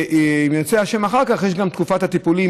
ואם ירצה השם אחר כך יש גם תקופת הטיפולים,